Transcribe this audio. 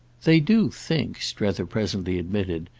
they do think, strether presently admitted,